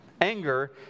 Anger